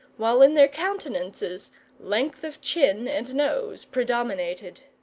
while in their countenances length of chin and nose predominated.